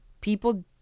people